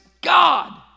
God